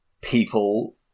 people